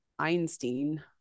einstein